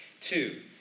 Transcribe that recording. Two